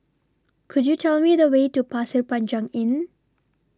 Could YOU Tell Me The Way to Pasir Panjang Inn